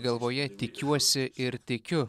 galvoje tikiuosi ir tikiu